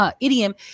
Idiom